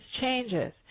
changes